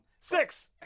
Six